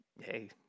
hey